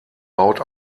baut